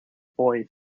boy